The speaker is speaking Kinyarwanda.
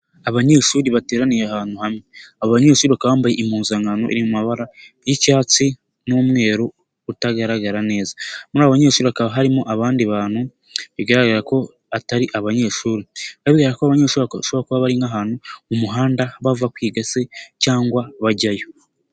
Abanyeshuri bateraniye ahantu hamwe, abo banyeshuri bakambaye impuzankano iri mu mabara y'icyatsi n'umweru utagaragara neza, muri abo banyeshuri hakaba harimo abandi bantu bigaragara ko atari abanyeshuri babwira ko abanyeshuri ushobora kuba bari nk'ahantu mu muhanda bava kwiga se cyangwa bajyayo.